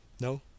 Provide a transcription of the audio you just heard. No